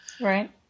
right